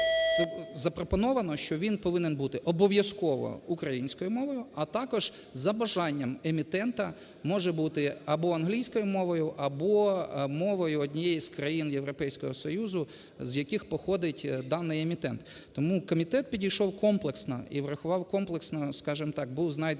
Запропоновано, що він повинен бути обов'язково українською мовою, а також, за бажанням емітента, може бути або англійською мовою, або мовою однієї з країн Європейського Союзу, з яких походить даний емітент. Тому комітет підійшов комплексно і врахував комплексно. Скажемо так, був знайдений